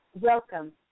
welcome